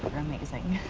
amazing.